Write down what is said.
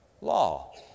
law